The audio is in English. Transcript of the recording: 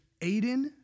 Aiden